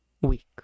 week